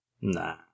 Nah